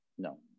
No